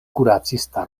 kuracista